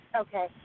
Okay